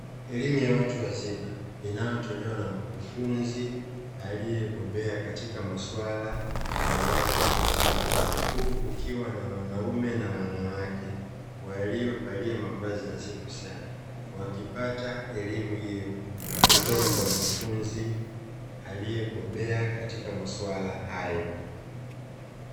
Elimu ya watu wazima inayotolewa na mkufunzi aliyebobea katika maswala ya watu wazima. Huku kukiwa na wanaume na wanawake waliovalia mavazi nadhifu sana wakipata elimu hiyo kutoka kwa mkufunzi aliyebobea katika maswala hayo.